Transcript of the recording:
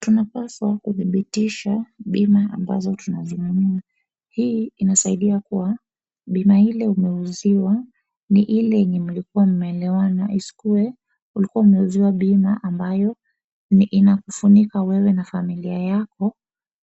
Tunapaswa kudhibitisha bima ambazo tunazinunua hii inasaidia kuwa, bima ile umeuziwa ni ile yenye mlikuwa mumeelewana, isikue ulikuwa umeuziwa bima ambayo ni inakufunika wewe na familia yako